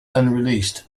unreleased